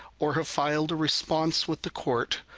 or have filed a response with the court,